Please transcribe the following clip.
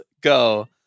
go